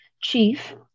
chief